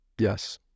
Yes